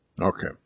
Okay